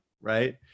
right